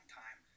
time